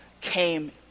came